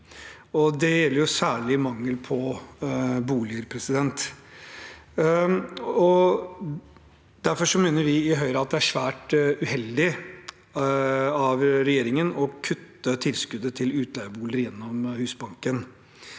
det gjelder særlig mangel på boliger. Derfor mener vi i Høyre at det er svært uheldig av regjeringen å kutte tilskuddet til utleieboliger gjennom Husbanken.